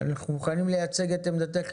מאסדר לא מוכן לתת רישיונות,